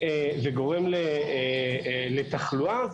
וגורם לתחלואה.